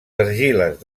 argiles